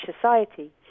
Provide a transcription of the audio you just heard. society